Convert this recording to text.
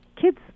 kids